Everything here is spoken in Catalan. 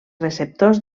receptors